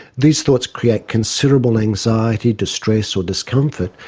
these thoughts create considerable anxiety, distress or discomfort,